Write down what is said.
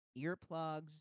earplugs